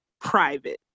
private